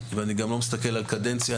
ואני גם לא מסתכל על קדנציה,